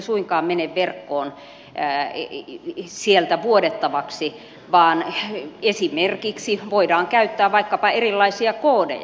eivät ne suinkaan mene verkkoon sieltä vuodettavaksi vaan esimerkiksi voidaan käyttää vaikkapa erilaisia koodeja